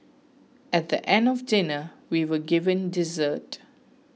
at the end of dinner we were given dessert